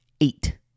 eight